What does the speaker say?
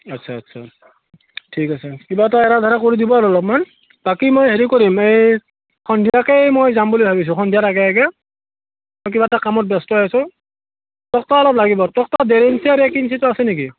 আচ্ছা আচ্ছা ঠিক আছে কিবা এটা এৰাধৰা কৰি দিব আৰু অলপমান বাকী মই হেৰি কৰিম এই সন্ধিয়াকেই মই যাম বুলি ভাবিছোঁ সন্ধিয়াৰ আগে আগে কিবা এটা কামত ব্যস্ত হৈ আছোঁ তক্তা অলপ লাগিব তক্তা ডেৰ ইঞ্চি আৰু এক ইঞ্চিতো আছে নেকি